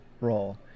role